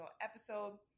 episode